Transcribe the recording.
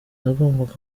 nagombaga